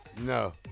No